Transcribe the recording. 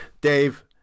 Dave